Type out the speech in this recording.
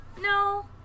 No